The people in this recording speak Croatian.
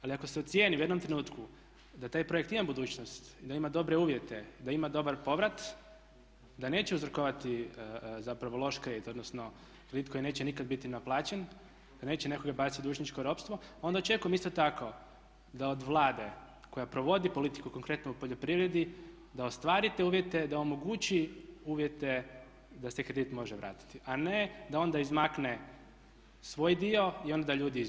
Ali ako se ocijeni u jednom trenutku da taj projekt ima budućnost i da ima dobre uvjete, da ima dobar povrat, da neće uzrokovati zapravo loš kredit, odnosno kredit koji neće nikad biti naplaćen, da neće nekoga baciti u dužničko ropstvo onda očekujem isto tako da od Vlade koja provodi politiku konkretno u poljoprivredi, da ostvarite uvjete da omogući uvjete da se kredit može vratiti, a ne da onda izmakne svoj dio i onda da ljudi izvise.